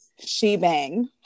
Shebang